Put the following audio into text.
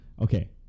Okay